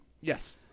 Yes